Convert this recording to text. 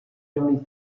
johnny